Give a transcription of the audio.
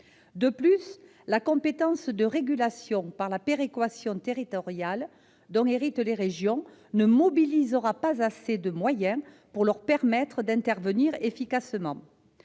De plus, la compétence de régulation par la péréquation territoriale dont héritent les régions ne mobilisera pas assez de moyens pour leur permettre d'intervenir efficacement.